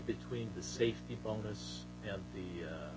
between the safety bonus